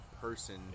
person